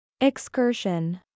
Excursion